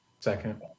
Second